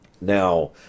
Now